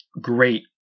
great